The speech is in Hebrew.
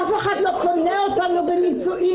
אף אחד לא קונה אותנו בנישואין,